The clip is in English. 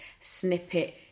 snippet